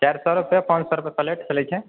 चारि सए रूपे पाँच सए रूपे प्लेट चलै छै